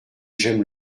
j’aime